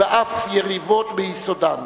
ואף יריבות ביסודן.